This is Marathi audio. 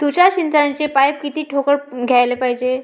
तुषार सिंचनाचे पाइप किती ठोकळ घ्याले पायजे?